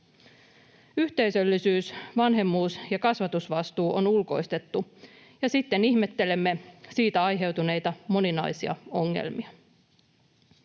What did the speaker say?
Yhteisöllisyys, vanhemmuus ja kasvatusvastuu on ulkoistettu, ja sitten ihmettelemme siitä aiheutuneita moninaisia ongelmia.